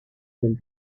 del